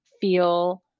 feel